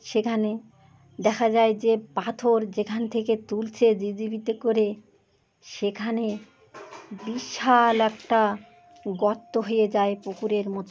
সেখানে দেখা যায় যে পাথর যেখান থেকে তুলছে জে সি বিতে করে সেখানে বিশাল একটা গর্ত হয়ে যায় পুকুরের মতো